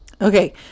okay